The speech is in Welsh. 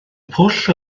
pwll